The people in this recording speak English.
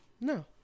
No